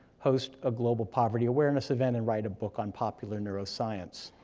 host a global poverty awareness event, and write a book on popular neuroscience.